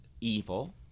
evil